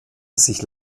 sich